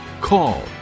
call